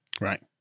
Right